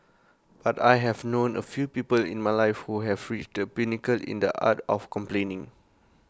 but I have known A few people in my life who have reached the pinnacle in the art of complaining